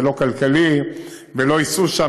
זה לא כלכלי ולא ייסעו שם,